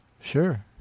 Sure